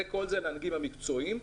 זה לנהגים המקצועיים.